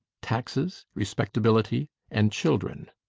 taxes, respectability and children.